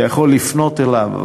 אתה יכול לפנות אליו.